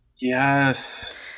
Yes